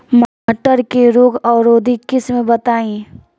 मटर के रोग अवरोधी किस्म बताई?